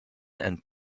and